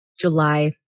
July